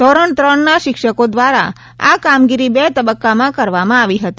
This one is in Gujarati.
ધોરણ ત્રણના શિક્ષકો દ્વારા આ કામગીરી બે તબક્કામાં કરવામાં આવી હતી